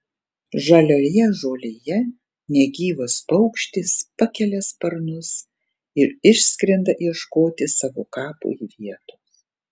žalioje žolėje negyvas paukštis pakelia sparnus ir išskrenda ieškoti savo kapui vietos